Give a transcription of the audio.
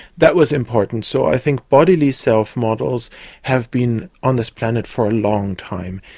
that was important. so i think bodily self models have been on this planet for a long time.